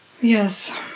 yes